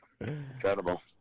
Incredible